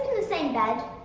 the same bed?